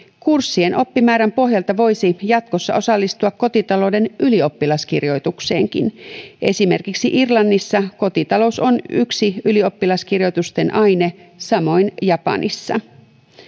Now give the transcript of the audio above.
kurssien oppimäärän pohjalta voisi jatkossa osallistua kotitalouden ylioppilaskirjoituksiinkin esimerkiksi irlannissa kotitalous on yksi ylioppilaskirjoitusten aine samoin japanissa